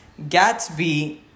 gatsby